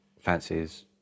fancies